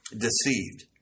deceived